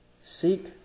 Seek